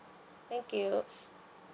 thank you